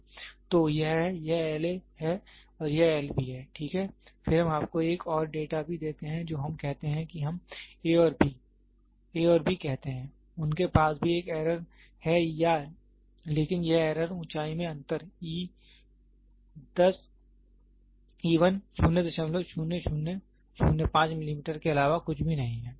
तो यह है यह L A है और यह L B है ठीक है फिर हम आपको एक और डेटा भी देते हैं जो हम कहते हैं कि हम a और b a और b कहते हैं उनके पास भी एक एरर है या लेकिन यह एरर ऊंचाई में अंतर e 1 00005 मिलीमीटर के अलावा कुछ भी नहीं है